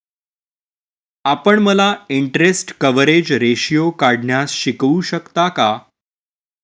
आपण मला interest coverage ratio काढण्यास शिकवू शकता का?